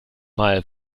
mal